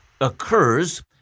occurs